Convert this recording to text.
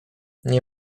nie